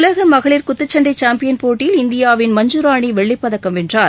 உலக மகளிர் குத்துச்சண்டை சாம்பியன் போட்டியில் இந்தியாவின் மஞ்சுராணி வெள்ளிப் பதக்கம் வென்றார்